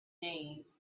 names